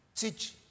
teach